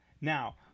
now